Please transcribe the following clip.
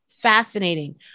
Fascinating